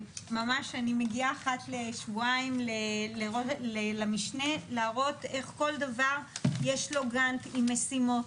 אני מגיעה אחת לשבועיים למשנה להראות איך לכל דבר יש גאנט עם משימות